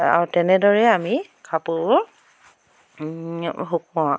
আৰু তেনেদৰে আমি কাপোৰবোৰ শুকুৱাওঁ